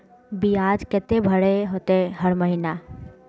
बियाज केते भरे होते हर महीना?